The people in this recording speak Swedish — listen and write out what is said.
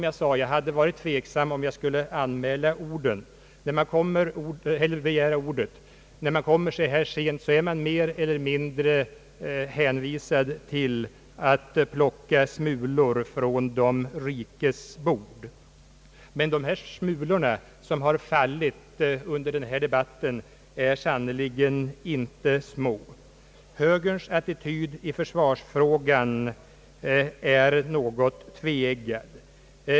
Jag var som sagt tveksam om jag skulle begära ordet; när man kommer så här sent i raden av talare är man mer eller mindre hänvisad till att plocka smulor från de rikes bord. Men de smulor som fallit under denna debatt är sannerligen inte små. Högerns attityd i försvarsfrågan är något tveeggad.